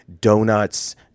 donuts